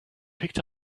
picked